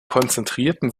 konzentrierten